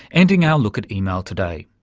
ending our look at email today.